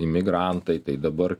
imigrantai tai dabar